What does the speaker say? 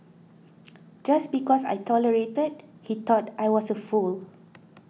just because I tolerated he thought I was a fool